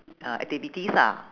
ah activities lah